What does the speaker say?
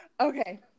Okay